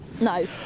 No